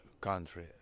country